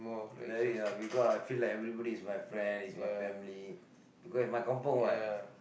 very ya because I feel like everybody is my friend is my family because is my kampung what